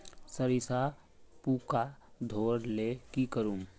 सरिसा पूका धोर ले की करूम?